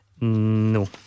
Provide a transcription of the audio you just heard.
No